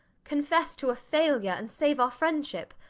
confess to a failure, and save our friendship.